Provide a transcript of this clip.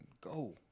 go